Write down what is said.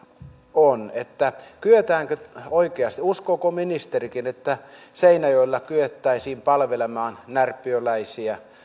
on kyetäänkö siihen oikeasti uskooko ministerikin että seinäjoella kyettäisiin oikeasti palvelemaan närpiöläisiä